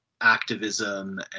activism